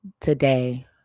today